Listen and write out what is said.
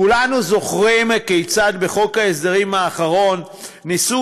כולנו זוכרים כיצד בחוק ההסדרים האחרון ניסו